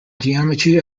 geometry